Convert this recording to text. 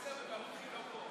4),